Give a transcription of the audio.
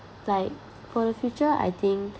like for the future I think